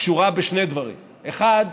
קשורה בשני דברים: האחד,